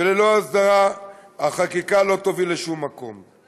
וללא הסדרה החקיקה לא תוביל לשום מקום.